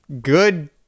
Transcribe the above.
good